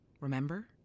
Remember